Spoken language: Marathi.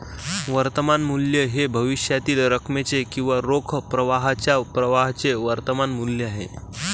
वर्तमान मूल्य हे भविष्यातील रकमेचे किंवा रोख प्रवाहाच्या प्रवाहाचे वर्तमान मूल्य आहे